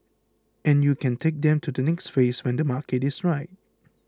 and you can take them to the next phase when the market is right